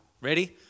Ready